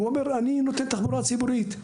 הוא אומר "אני נותן תחבורה ציבורית,